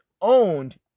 owned